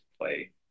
play